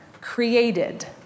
created